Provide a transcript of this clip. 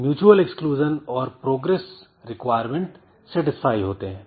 इस प्रकार mutual exclusion और प्रोग्रेस रिक्वायरमेंट सेटिस्फाई होते हैं